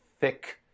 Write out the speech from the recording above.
thick